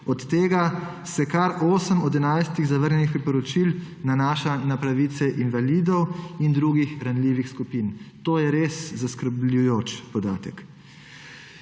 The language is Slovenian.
od tega se kar osem od 11 zavrnjenih priporočil nanaša na pravice invalidov in drugih ranljivih skupin. To je res zaskrbljujoč podatek.